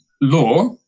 law